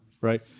right